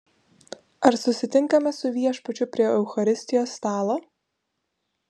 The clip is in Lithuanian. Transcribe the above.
ar susitinkame su viešpačiu prie eucharistijos stalo